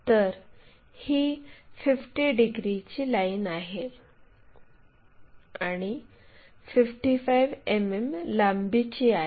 तर ही 50 डिग्रीची लाईन आहे आणि 55 मिमी लांबीची आहे